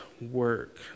work